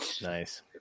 nice